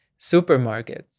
supermarkets